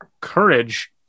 Courage